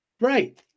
Right